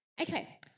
Okay